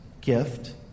gift